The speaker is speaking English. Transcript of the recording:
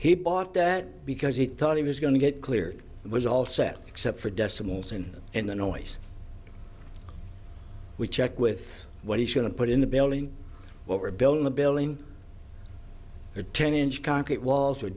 he bought that because he thought he was going to get cleared it was all set except for decimals and in the noise we check with what he's going to put in the building what we're building the building are ten inch